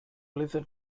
listen